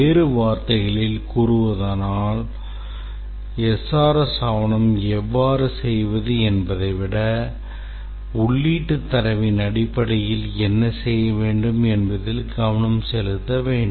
வேறு வார்த்தைகளில் கூறுவதானால் SRS ஆவணம் எவ்வாறு செய்வது என்பதை விட உள்ளீட்டு தரவின் அடிப்படையில் என்ன செய்ய வேண்டும் என்பதில் கவனம் செலுத்த வேண்டும்